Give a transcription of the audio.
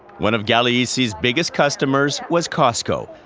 one of gagliese's biggest customers was costco,